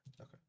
Okay